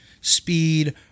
speed